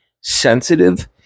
sensitive